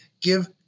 Give